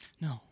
No